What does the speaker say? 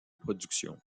production